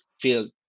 field